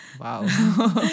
Wow